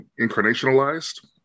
incarnationalized